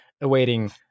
awaiting